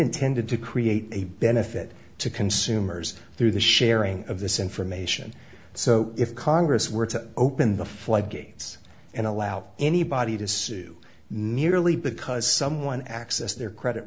intended to create a benefit to consume rumors through the sharing of this information so if congress were to open the floodgates and allow anybody to sue merely because someone access their credit